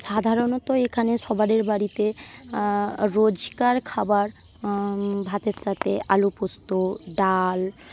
সাধারণত এখানে সবার বাড়িতে রোজকার খাবার ভাতের সাথে আলুপোস্ত ডাল